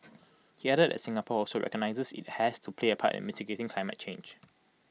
he added that Singapore also recognises IT has to play A part in mitigating climate change